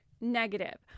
negative